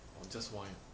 on just wine